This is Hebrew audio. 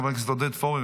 חבר הכנסת עודד פורר,